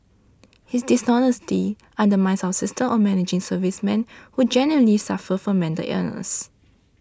his dishonesty undermines our system of managing servicemen who genuinely suffer from mental illness